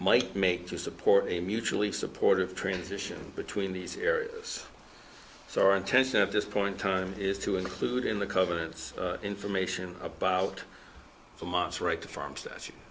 might make to support a mutually supportive transition between these areas so our intention at this point time is to include in the covenants information about for months right to farms s